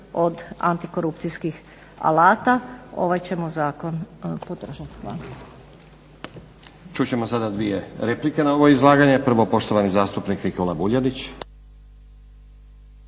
od antikorupcijskih alata. Ovaj ćemo zakon podržati.